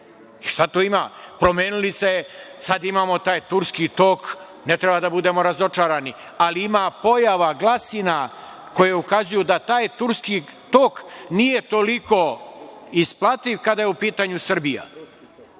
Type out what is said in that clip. tu ima, promenili se, sada imamo taj Turski tok, ne treba da budemo razočarani, ali ima pojava glasina, koje ukazuju da taj Turski tok nije toliko isplativ kada je u pitanju Srbija.